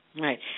Right